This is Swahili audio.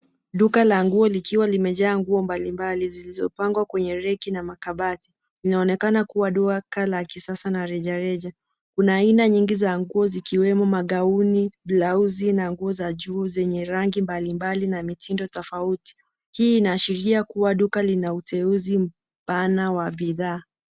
Duka la nguo likiwa limejaa nguo mbalimbali zilizopangwa kwenye reki na makabati. Inaonekana kuwa duka la kisasa na rejareja. Kuna aina nyingi za nguo zikiwemo magauni, blauzi, na nguo za juu zenye rangi mbalimbali na mitindo tofauti. Hii inaashiria kuwa duka lina uteuzi mpana wa bidhaa.